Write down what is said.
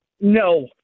No